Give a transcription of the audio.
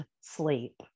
sleep